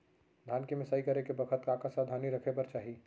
धान के मिसाई करे के बखत का का सावधानी रखें बर चाही?